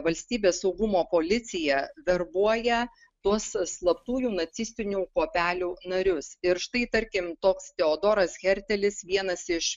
valstybės saugumo policija verbuoja tuos slaptųjų nacistinių kuopelių narius ir štai tarkim toks teodoras hertelis vienas iš